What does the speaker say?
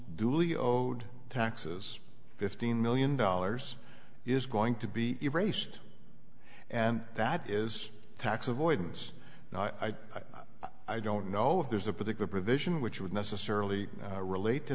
duly owed taxes fifteen million dollars is going to be erased and that is tax avoidance and i i don't know if there's a particular provision which would necessarily relate to